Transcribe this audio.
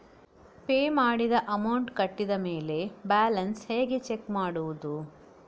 Pay ಮಾಡಿದ amount ಕಟ್ಟಿದ ಮೇಲೆ ಬ್ಯಾಲೆನ್ಸ್ ಹೇಗೆ ಚೆಕ್ ಮಾಡುವುದು?